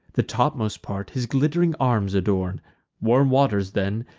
the topmost part his glitt'ring arms adorn warm waters, then,